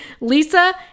Lisa